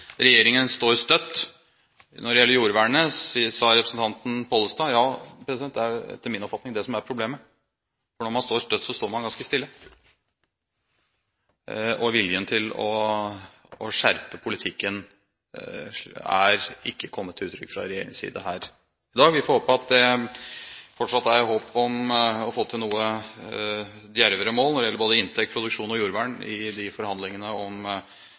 Regjeringen står støtt når det gjelder jordvernet, sa representanten Pollestad. Ja, det er etter min oppfatning det som er problemet, for når man står støtt, står man ganske stille, og viljen til å skjerpe politikken er ikke kommet til uttrykk fra regjeringens side her i dag. Vi får håpe at det fortsatt er håp om å få til noe djervere mål når det gjelder både inntekt, produksjon og jordvern, i de forhandlingene om